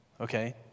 okay